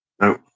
No